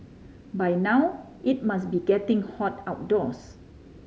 by now it must be getting hot outdoors